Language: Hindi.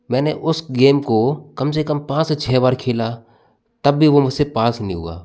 मैंने उस गेम को कम से कम पाँच से छ बार खेला तब भी वो मुझसे पास नहीं हुआ